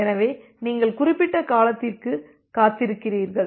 எனவே நீங்கள் குறிப்பிட்ட காலத்திற்கு காத்திருக்கிறீர்கள்